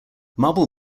marble